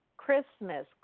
Christmas